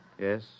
Yes